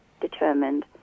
determined